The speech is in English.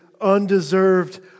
undeserved